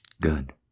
Good